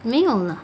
没有啦